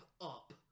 up